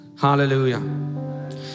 Hallelujah